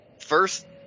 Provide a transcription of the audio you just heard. first